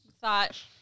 thought